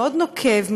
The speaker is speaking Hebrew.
מאוד נוקב,